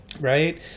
right